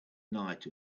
night